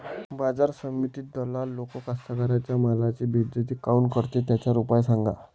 बाजार समितीत दलाल लोक कास्ताकाराच्या मालाची बेइज्जती काऊन करते? त्याच्यावर उपाव सांगा